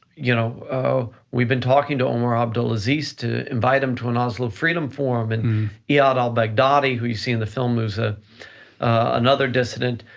you know we've been talking to omar abdulaziz to invite him to an oslo freedom forum and iyad el-baghdadi, who you see in the film is a another dissident,